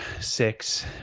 six